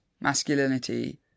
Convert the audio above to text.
masculinity